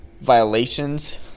violations